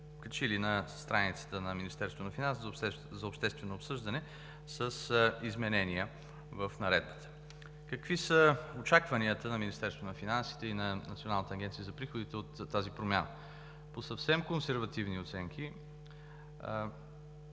на страницата на Министерството на финансите за обществено обсъждане с изменения в Наредбата. Какви са очакванията на Министерството на финансите и на Националната агенция за приходите от тази промяна? По съвсем консервативни оценки